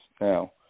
Now